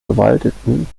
bewaldeten